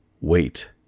Wait